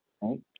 right